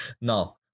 Now